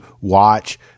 watch